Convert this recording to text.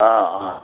ஆ ஆ